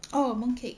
oh mooncake